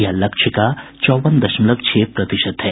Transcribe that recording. यह लक्ष्य का चौवन दशमलव छह प्रतिशत है